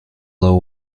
low